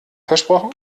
versprochen